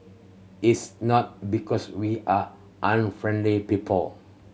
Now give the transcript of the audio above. it's not because we are unfriendly people